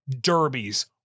derbies